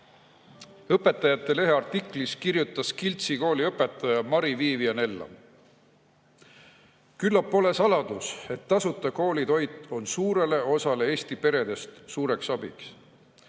Õpetajate Lehe artiklis kirjutas Kiltsi kooli õpetaja Mari-Vivian Ellam: "Küllap pole saladus, et tasuta koolitoit on suurele osale Eesti peredest suureks abiks.